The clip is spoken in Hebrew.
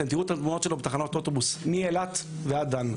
אתם תראו את התמונות שלו בתחנות אוטובוס מאילת ועד דן.